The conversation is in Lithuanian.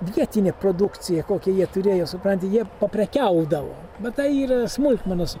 vietinė produkcija kokią jie turėjo supranti jie paprekiaudavo bet tai yra smulkmenos